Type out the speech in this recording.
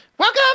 Welcome